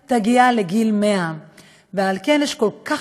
תוחלת החיים שלהם תגיע לגיל 100. על כן יש כל כך